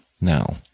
Now